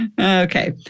Okay